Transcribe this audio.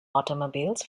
automobiles